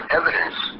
evidence